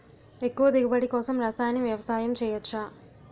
ఎక్కువ దిగుబడి కోసం రసాయన వ్యవసాయం చేయచ్చ?